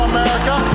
America